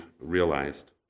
realized